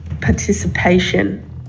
participation